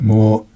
More